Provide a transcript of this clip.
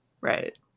Right